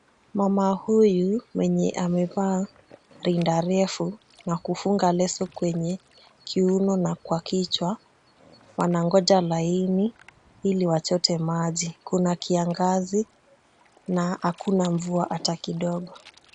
Mama huyu mwenye amevaa rinda refu na kufunga leso kwenye kiuno na kichwa wanangoja laini ili wachote maji. Kuna kiangazi na hakuna mvua hata kidogo.